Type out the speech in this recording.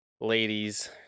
ladies